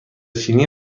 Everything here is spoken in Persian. چینی